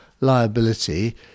liability